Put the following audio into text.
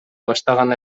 баштаган